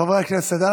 חברי הכנסת, אנא